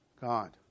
God